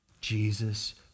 Jesus